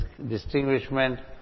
distinguishment